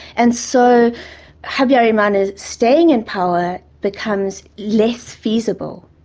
and so habyarimana staying in power becomes less feasible.